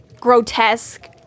grotesque